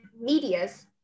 medias